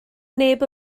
neb